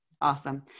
awesome